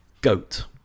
goat